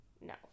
no